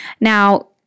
Now